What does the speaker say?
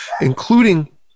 including